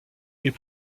est